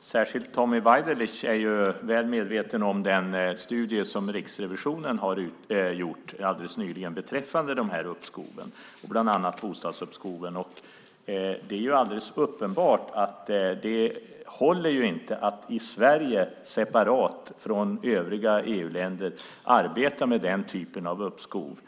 Särskilt Tommy Waidelich är väl medveten om den studie som Riksrevisionen alldeles nyligen har gjort beträffande skatteuppskov, bland annat bostadsuppskoven. Det håller inte att i Sverige separat från övriga EU-länder arbeta med den typen av uppskov.